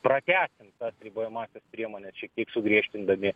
pratęsim tas ribojamąsias priemones šiek kiek sugriežtindami